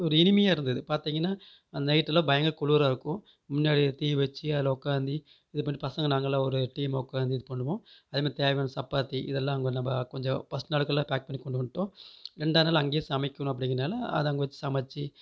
ஒரு இனிமையாக இருந்தது பார்த்தீங்கன்னா அந்த நைட்டெல்லாம் பயங்கற குளுராக இருக்கும் முன்னாடி தீவச்சு அதில் உக்காந்தி இது பண்ணி பசங்க நாங்களெல்லாம் ஒரு டீமாக உக்காந்து இது பண்ணுவோம் அதே மாரி தேவையான சப்பாத்தி இதெல்லாம் அவங்க நம்ம கொஞ்சம் ஃபர்ஸ்ட் நாளுக்கெல்லாம் பேக் பண்ணி கொண்டு வந்துட்டோம் ரெண்டா நாள் அங்கேயே சமைக்கணும் அப்படிங்கிறனால அதை அங்கே வச்சி சமச்சு